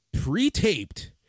Pre-taped